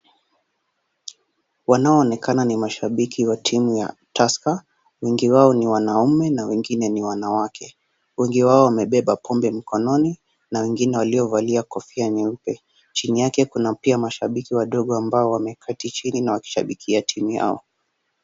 Wanaoonekana ni mashabiki wa timu ya Tusker. Wengi wao ni wanaume na wengine ni wanawake. Wengi wao wamebeba pombe mikononi na wengine waliovalia kofia nyeupe. Chini yake pia kuna mashabiki wadogo ambao wameketi chini na wakishabikia timu yao.